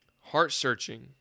heart-searching